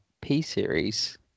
P-series